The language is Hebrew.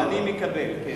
כן, אני מקבל בהסכמה.